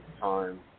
time